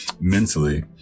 mentally